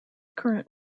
current